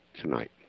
tonight